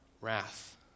wrath